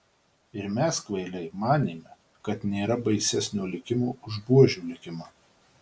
ir mes kvailiai manėme kad nėra baisesnio likimo už buožių likimą